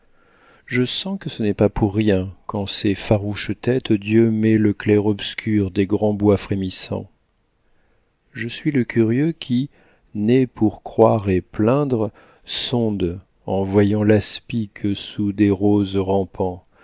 je sens que ce n'est pas pour rien qu'en oes farouches têtes dieu met le clair-obscur des grands bois frémissants je suis le curieux qui né pour croire et plaindre sonde en voyant l'aspic sous des roses rampant